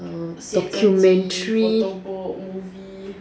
err documentary